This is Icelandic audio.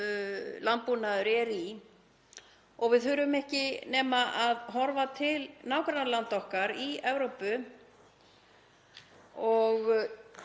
landbúnaðar. Við þurfum ekki nema að horfa til nágrannalanda okkar í Evrópu og